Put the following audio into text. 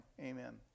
amen